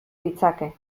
ditzake